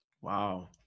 Wow